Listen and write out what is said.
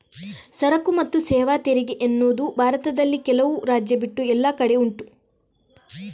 ಸರಕು ಮತ್ತು ಸೇವಾ ತೆರಿಗೆ ಅನ್ನುದು ಭಾರತದಲ್ಲಿ ಕೆಲವು ರಾಜ್ಯ ಬಿಟ್ಟು ಎಲ್ಲ ಕಡೆ ಉಂಟು